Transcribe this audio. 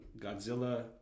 Godzilla